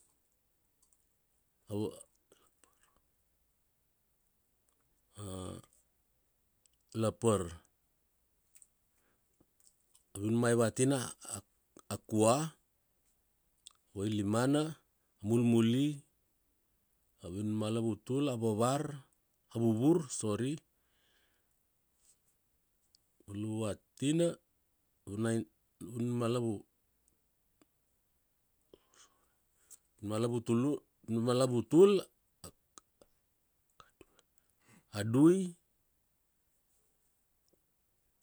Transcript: A lapar, avinun maivatina, a kaua, vailimana, mulmuli, a vinun ma lauvutul a vavar, a vuvur sorry, avinunma lavutul a dui,